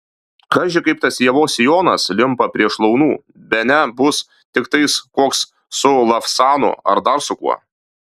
kaži kaip tas ievos sijonas limpa prie šlaunų bene bus tiktai koks su lavsanu ar dar su kuo